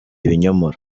ibinyomoro